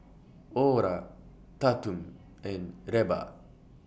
Orla Tatum and Levar